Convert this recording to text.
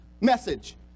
message